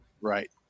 Right